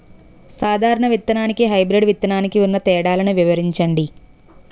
సాధారణ విత్తననికి, హైబ్రిడ్ విత్తనానికి ఉన్న తేడాలను వివరించండి?